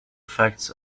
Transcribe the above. effects